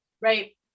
right